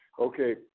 Okay